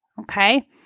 Okay